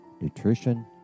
nutrition